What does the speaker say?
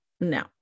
no